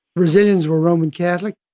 brazilians were roman catholic.